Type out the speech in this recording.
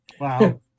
Wow